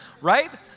Right